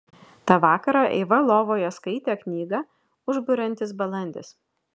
tą vakarą eiva lovoje skaitė knygą užburiantis balandis